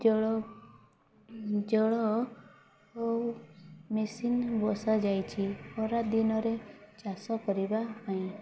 ଜଳ ଜଳ ମେସିନ ବସାଯାଇଛି ଖରାଦିନରେ ଚାଷ କରିବା ପାଇଁ